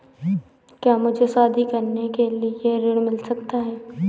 क्या मुझे शादी करने के लिए ऋण मिल सकता है?